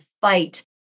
fight